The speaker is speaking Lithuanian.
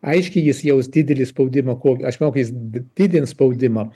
aiškiai jis jaus didelį spaudimą ko aš manau ka jis d didins spaudimą